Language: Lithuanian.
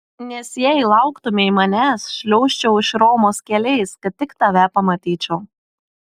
nes jei lauktumei manęs šliaužčiau iš romos keliais kad tik tave pamatyčiau